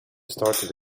started